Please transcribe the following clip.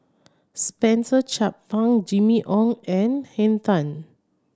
Spencer Chapman Ong Jimmy Ong and Henn Tan